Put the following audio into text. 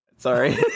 Sorry